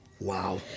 Wow